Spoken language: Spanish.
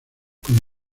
con